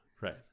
right